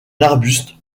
arbuste